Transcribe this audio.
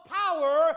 power